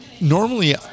normally